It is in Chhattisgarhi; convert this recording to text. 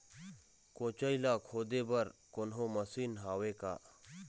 कोचई ला खोदे बर कोन्हो मशीन हावे का?